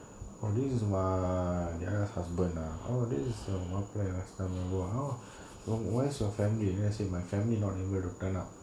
oh this is my err diyana's husband ah oh this is ஒங்க மாப்பிள்ளையோட:onga maapilaioda house தா:thaa me go how where's your family then I say my family not able to turn up